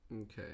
okay